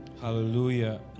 Hallelujah